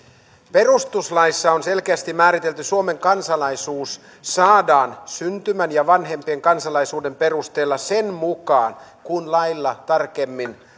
perustuslaissa on selkeästi määritelty suomen kansalaisuus saadaan syntymän ja vanhempien kansalaisuuden perusteella sen mukaan kun lailla tarkemmin